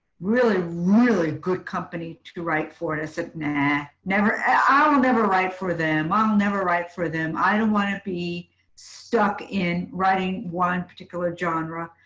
really, really good company to write for to cigna never, i would never live for them. i'm never write for them. i don't want to be stuck in writing one particular genre.